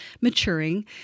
maturing